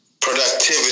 productivity